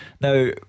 Now